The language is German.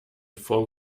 form